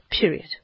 period